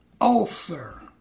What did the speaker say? ulcer